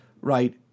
right